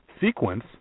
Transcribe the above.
sequence